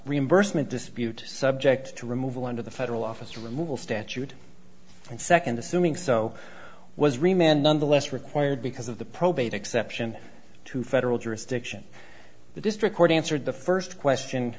reimbursement dispute subject to removal under the federal office removal statute and second assuming so was remained nonetheless required because of the probate exception to federal jurisdiction the district court answered the first question